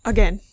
Again